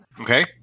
Okay